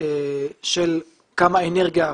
של כמה אנרגיה,